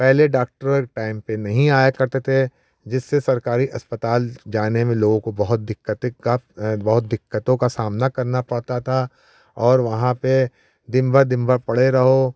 पहले डाक्टर यहाँ टाइम से नहीं आया करते थे जिससे सरकारी अस्पताल जाने में लोगों को बहुत दिक्कत का बहुत दिक्कतों का सामना करना पड़ता था और वहाँ पे दिनभर दिनभर पड़े रहो